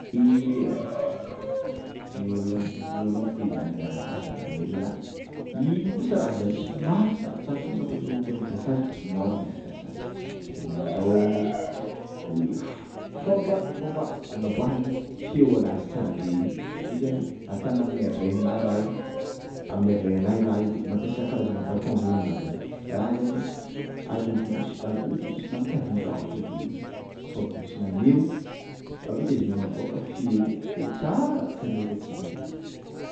Violon, violon boka izany agnaran'ny raha zany aminay zalah igny mampiasa raha zany somary sarotsarotro molo fa ny olo tegna mampiasa azy mora mampiasa azy ke magnanzao le fomba fomba agnaboahany feonazy tsarabe igny, io zany ataonao amin'ny aveninao raha io, amin'ny avenao io raha io de mapiasa karazana baton ana zany ana zany akorokorosi- akorokorosinao amin'ny tady igny raha tô de kôfa akorisonao amin'io, avekeo izy magnaboaka feo feo tsara tandrinesatsika regny.